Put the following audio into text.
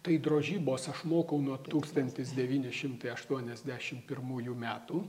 tai drožybos aš mokau nuo tūkstantis devyni šimtai aštuoniasdešim pirmųjų metų